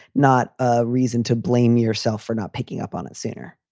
not ah reason to blame yourself for not picking up on it sooner.